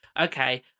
okay